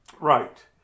Right